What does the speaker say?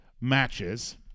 matches